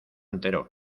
entero